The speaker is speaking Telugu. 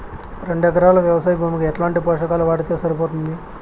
రెండు ఎకరాలు వ్వవసాయ భూమికి ఎట్లాంటి పోషకాలు వాడితే సరిపోతుంది?